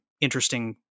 interesting